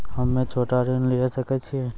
हम्मे छोटा ऋण लिये सकय छियै?